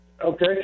Okay